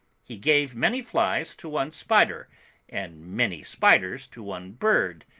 he gave many flies to one spider and many spiders to one bird,